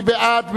מי בעד?